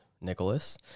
Nicholas